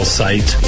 site